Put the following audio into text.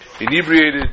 Inebriated